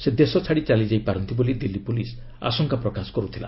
ସେ ଦେଶ ଛାଡ଼ି ଚାଲିଯାଇ ପାରନ୍ତି ବୋଲି ଦିଲ୍ଲୀ ପୁଲିସ୍ ଆଶଙ୍କା ପ୍ରକାଶ କରୁଥିଲା